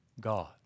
God